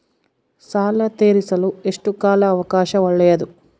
ಸಾಲ ತೇರಿಸಲು ಎಷ್ಟು ಕಾಲ ಅವಕಾಶ ಒಳ್ಳೆಯದು?